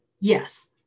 Yes